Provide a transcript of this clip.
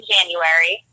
January